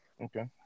Okay